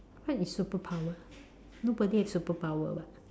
what is superpower nobody have superpower [what]